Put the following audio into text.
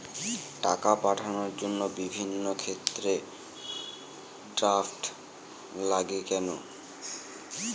টাকা পাঠানোর বিভিন্ন ক্ষেত্রে ড্রাফট লাগে কেন?